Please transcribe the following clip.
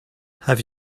have